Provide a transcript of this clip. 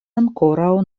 ankoraŭ